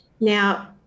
Now